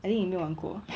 I think 你没有玩过